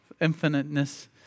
infiniteness